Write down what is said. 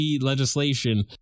legislation